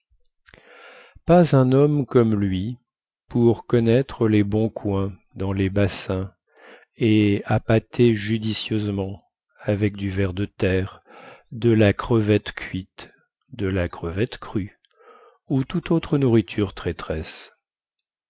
pas un homme comme lui pour connaître les bons coins dans les bassins et appâter judicieusement avec du ver de terre de la crevette cuite de la crevette crue ou toute autre nourriture traîtresse